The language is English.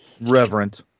reverent